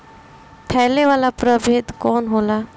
फैले वाला प्रभेद कौन होला?